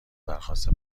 درخواست